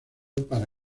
para